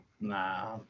Nah